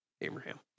Abraham